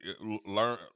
learn